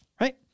right